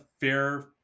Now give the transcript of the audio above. fair